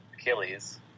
Achilles